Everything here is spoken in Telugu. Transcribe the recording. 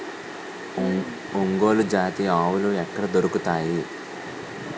ఒంగోలు జాతి ఆవులు ఎక్కడ దొరుకుతాయి?